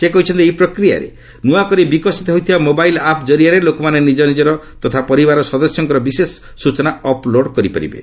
ସେ କହିଛନ୍ତି ଏହି ପ୍ରକ୍ରିୟାରେ ନୂଆ କରି ବିକଶିତ ହୋଇଥିବା ମୋବାଇଲ୍ ଆପ୍ ଜରିଆରେ ଲୋକମାନେ ନିଜର ତଥା ପରିବାର ସଦସ୍ୟଙ୍କର ସବିଶେଷ ସୂଚନା ଅପ୍ଲୋଡ୍ କରିପାରିବେ